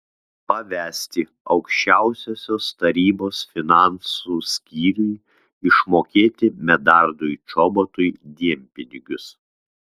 pavesti aukščiausiosios tarybos finansų skyriui išmokėti medardui čobotui dienpinigius